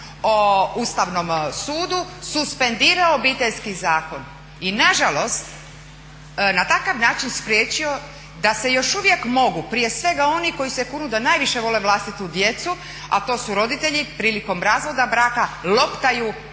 o Ustavnom sudu suspendirao Obiteljski zakon i na žalost na takav način spriječio da se još uvijek mogu prije svega oni koji se kunu da najviše vole vlastitu djecu, a to su roditelji prilikom razvoda braka loptaju vlastitom